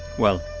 well,